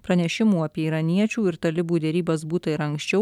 pranešimų apie iraniečių ir talibų derybas būta ir anksčiau